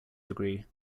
degree